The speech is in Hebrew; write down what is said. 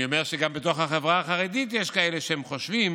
אני אומר שגם בתוך החברה החרדית יש כאלה שחושבים